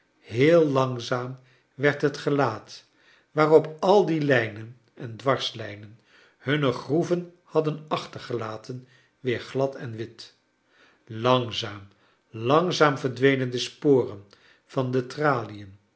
heel langzaam werd het gelaat waarop al die lijnen en dwarslijnen hunne groeven hadden achtergelaten weer glad en wit langzaam langzaam verdwenen de sporen van de tralien